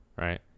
right